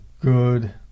good